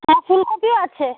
হ্যাঁ ফুলকপিও আছে